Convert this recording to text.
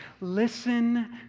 Listen